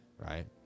Right